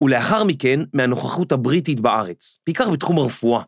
ולאחר מכן מהנוכחות הבריטית בארץ, בעיקר בתחום הרפואה.